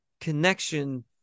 connection